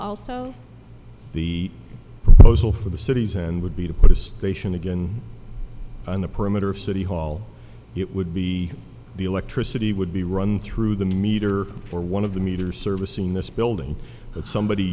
also the proposal for the cities and would be to put a station again on the perimeter of city hall it would be the electricity would be run through the meter or one of the meter service in this building that somebody